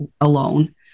alone